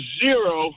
zero